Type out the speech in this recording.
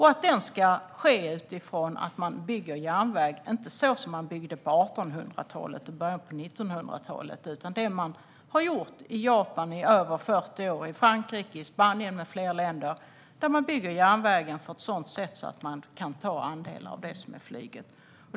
Man ska inte bygga järnväg som man byggde på 1800-talet och i början av 1900-talet, utan man ska göra som man har gjort i Japan i över 40 år liksom i Frankrike, Spanien med flera länder, där man bygger järnvägen på ett sådant sätt att man kan ta andelar från flyget.